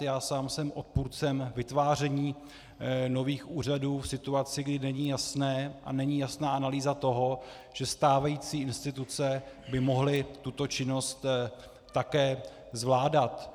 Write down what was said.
Já sám jsem odpůrcem vytváření nových úřadů v situaci, kdy není jasné a není jasná analýza toho, že stávající instituce by mohly tuto činnost také zvládat.